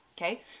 Okay